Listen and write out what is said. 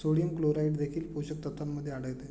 sodium chloride देखील पोषक तत्वांमध्ये आढळते